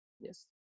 Yes